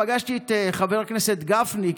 פגשתי את חבר הכנסת גפני,